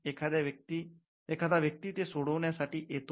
एखादा व्यक्ती ते सोडवण्यासाठी येतो